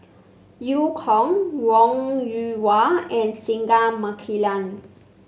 Eu Kong Wong Yoon Wah and Singai Mukilan